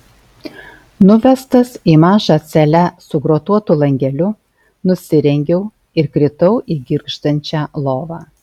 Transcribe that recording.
nuvestas į mažą celę su grotuotu langeliu nusirengiau ir kritau į girgždančią lovą